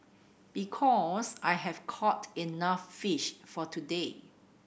because I've caught enough fish for today